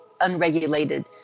unregulated